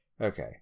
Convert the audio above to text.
Okay